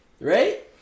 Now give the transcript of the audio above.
right